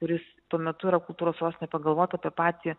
kuris tuo metu yra kultūros sostinė pagalvot apie patį